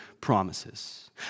promises